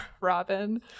Robin